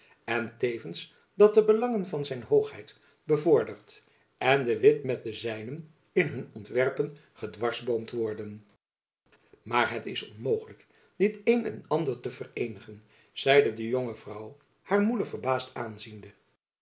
en tevens dat de belangen van zijn hoogheid bevorderd en de witt met de zijnen in hun ontwerpen gedwarsboomd worden maar het is onmogelijk dit een en ander te vereenigen zeide de jonge vrouw haar moeder verbaasd aanziende